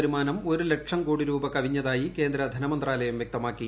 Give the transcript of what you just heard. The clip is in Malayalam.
വരുമാനം ഒരു ലക്ഷം കോടി രൂപ കവിഞ്ഞതായി കേന്ദ്ര ധനമന്ത്രാലയം വ്യക്തമാക്കി